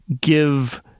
give